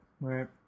right